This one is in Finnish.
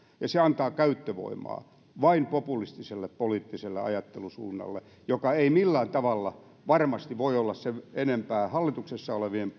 se antaa käyttövoimaa vain populistiselle poliittiselle ajattelusuunnalle joka ei millään tavalla varmasti voi olla sen enempää hallituksessa olevien